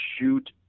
shoot